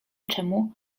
czemu